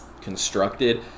constructed